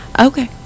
Okay